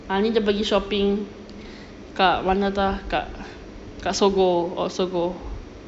ah ni dia pergi shopping kat mana entah kat kat SOGO oh SOGO